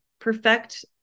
perfect